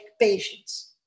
patients